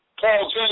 Paul